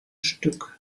stück